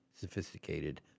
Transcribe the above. sophisticated